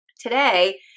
Today